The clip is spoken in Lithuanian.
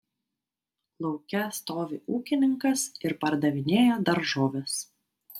lauke stovi ūkininkas ir pardavinėja daržoves